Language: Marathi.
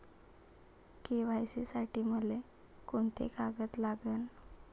के.वाय.सी साठी मले कोंते कागद लागन?